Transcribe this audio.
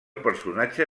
personatge